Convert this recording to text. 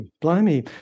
blimey